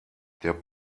der